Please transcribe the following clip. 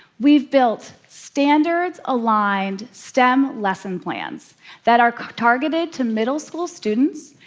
we've built standards aligned stem lesson plans that are targeted to middle school students,